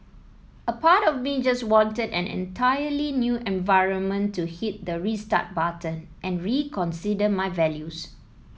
a part of me just wanted an entirely new environment to hit the restart button and reconsider my values